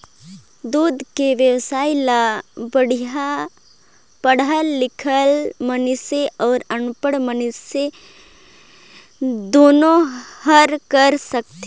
दूद के बेवसाय ल बड़िहा पड़हल लिखल मइनसे अउ अनपढ़ मइनसे दुनो हर कर सकथे